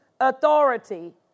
authority